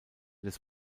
des